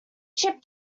trip